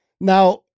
Now